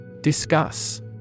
Discuss